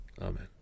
amen